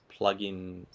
plugins